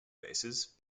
bases